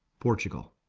portugal,